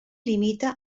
limita